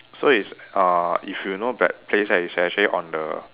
so it's uh if you know that place right which actually on the